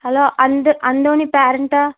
hello அந்தோ அந்தோணி பேரன்டா